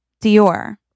Dior